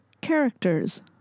characters